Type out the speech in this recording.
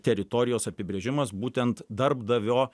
teritorijos apibrėžimas būtent darbdavio